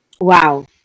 wow